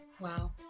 Wow